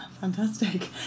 fantastic